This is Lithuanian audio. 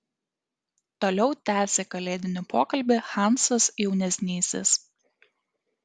toliau tęsė kalėdinį pokalbį hansas jaunesnysis